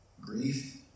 grief